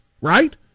right